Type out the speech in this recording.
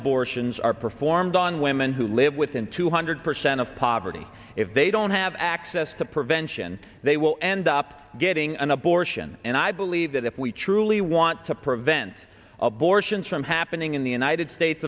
abortions are performed on women who live within two hundred percent of poverty if they don't have access to prevention they will end up getting an abortion and i believe that if we truly want to prevent abortions from happening in the united states